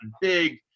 big